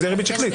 זו ריבית שקלית.